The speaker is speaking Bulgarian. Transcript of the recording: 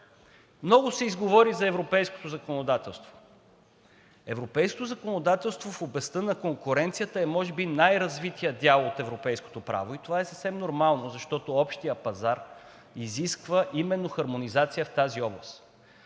Много се изговори за европейското законодателство. Европейското законодателство в областта на конкуренцията е може би най-развитият дял от европейското право и това е съвсем нормално, защото общият пазар изисква именно хармонизация в тази област.